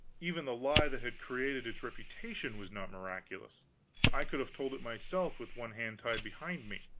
even the lie that had created its reputation was not miraculous i could have told it myself, with one hand tied behind me.